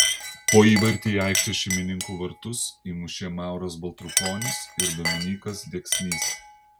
po įvartį į aikštės šeimininkų vartus įmušė mauras baltrukonis ir dominykas deksnys